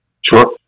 Sure